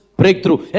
breakthrough